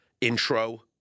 intro